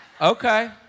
Okay